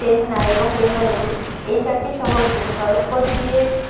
চেন্নাই এবং ব্যাঙ্গালুরু এই চারটি শহরকে সড়ক পথ দিয়ে